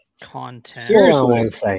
Content